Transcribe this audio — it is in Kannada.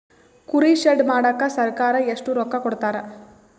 ಕುರಿ ಶೆಡ್ ಮಾಡಕ ಸರ್ಕಾರ ಎಷ್ಟು ರೊಕ್ಕ ಕೊಡ್ತಾರ?